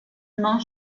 non